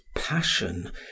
passion